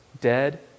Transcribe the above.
Dead